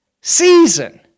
season